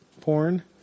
porn